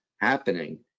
happening